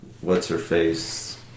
What's-her-face